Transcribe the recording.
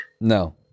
No